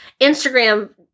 Instagram